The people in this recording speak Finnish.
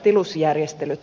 tilusjärjestelyt